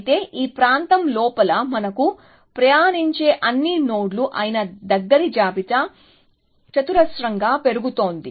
అయితే ఈ ప్రాంతం లోపల మనకు ప్రయాణించే అన్ని నోడ్లు అయిన దగ్గరి జాబితా చతురస్రంగా పెరుగుతోంది